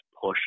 push